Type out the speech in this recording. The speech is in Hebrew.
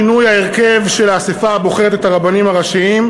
שינוי ההרכב של האספה הבוחרת את הרבנים הראשיים,